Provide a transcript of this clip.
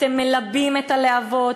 אתם מלבים את הלהבות,